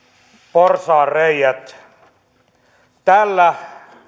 porsaanreiät tällä